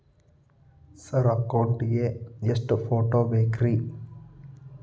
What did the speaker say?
Sir account ಗೇ ಎಷ್ಟು photo ಬೇಕ್ರಿ?